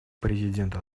президента